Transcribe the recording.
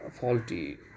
faulty